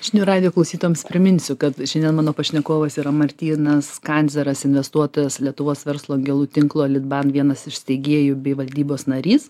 žinių radijo klausytojams priminsiu kad šiandien mano pašnekovas yra martynas kandzeras investuotojas lietuvos verslo angelų tinklo litban vienas iš steigėjų bei valdybos narys